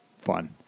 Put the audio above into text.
fun